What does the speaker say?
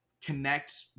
connect